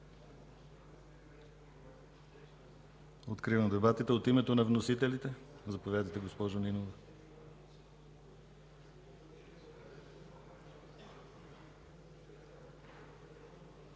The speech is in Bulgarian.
Откривам дебатите. От името на вносителите? Заповядайте, госпожо Нинова.